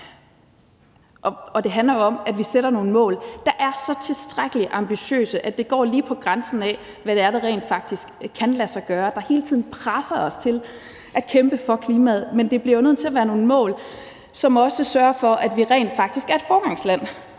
det handler jo om, at vi sætter nogle mål, der er så tilstrækkelig ambitiøse, at de går lige til grænsen af, hvad det er, der rent faktisk kan lade sig gøre, så det hele tiden presser os til at kæmpe for klimaet. Men det bliver jo nødt til at være nogle mål, hvor vi også sørger for, at vi rent faktisk er et foregangsland,